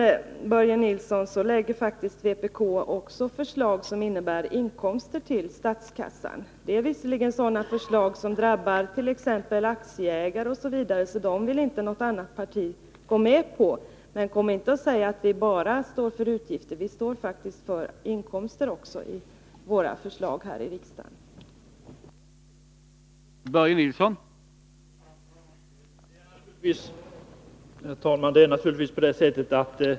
Börje Nilsson! Även vpk lägger faktiskt fram förslag som innebär inkomster till statskassan. Det är visserligen sådana förslag som drabbar t.ex. aktieägare osv., därför vill inte några andra partier gå med på dem. Men kom inte och säg att vi bara kommer med förslag som innebär utgifter! Vi kommer faktiskt även med förslag här i riksdagen som innebär inkomster.